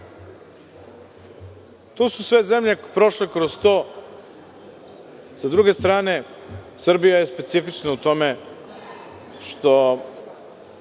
Sve su zemlje prošle kroz to. Sa druge strane, Srbija je specifična u tome što